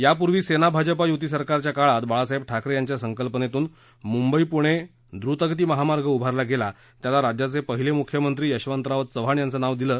यापूर्वी सेना भाजपा युती सरकारच्या काळात बाळासाहेब ठाकरे यांच्या संकल्पनेतून मुंबई पुणे एक्सप्रेस वे उभारला गेला त्याला राज्याचे पहिले मुख्यमंत्री यशवंतराव चव्हाण यांचं नाव दिलं